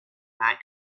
that